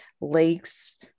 lakes